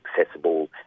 accessible